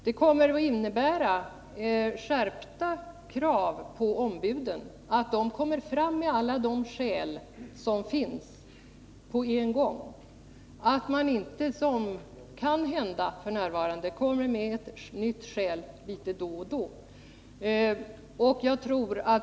Det kommer att innebära skärpta krav på ombuden, att de framlägger alla de skäl som finns på en gång och inte, som kan hända f. n., kommer med ett nytt skäl litet då och då.